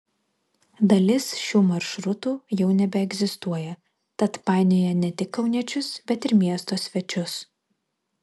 dalis šių maršrutų jau nebeegzistuoja tad painioja ne tik kauniečius bet ir miesto svečius